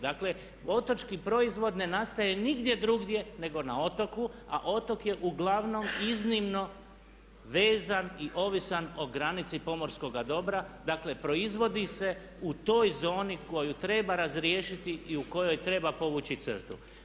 Dakle otočki proizvod ne nastaje nigdje drugdje nego na otoku a otok je uglavnom iznimno vezan i ovisan o granici pomorskoga dobra dakle proizvodi se u toj zoni koju treba razriješiti i u kojoj treba povući crtu.